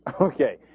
Okay